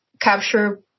capture